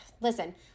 Listen